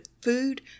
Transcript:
food